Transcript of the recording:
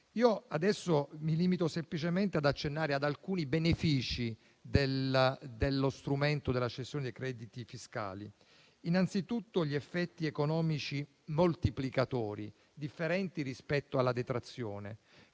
Adesso mi limiterò semplicemente ad accennare ad alcuni benefici dello strumento della cessione dei crediti fiscali. Innanzitutto evidenzio gli effetti economici moltiplicatori differenti rispetto alla detrazione: